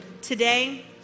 today